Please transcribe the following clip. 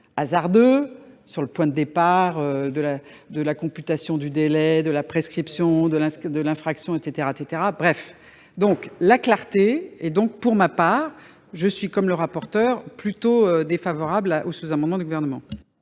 hasardeux sur le point de départ de la computation du délai, de la prescription, de l'infraction, etc. Étant favorable à la clarté, je suis, comme le rapporteur, plutôt défavorable au sous-amendement du Gouvernement.